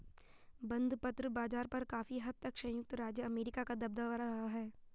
बंधपत्र बाज़ार पर काफी हद तक संयुक्त राज्य अमेरिका का दबदबा रहा है